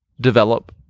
develop